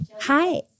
Hi